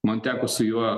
man teko su juo